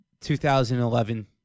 2011